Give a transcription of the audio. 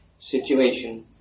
situation